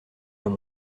dans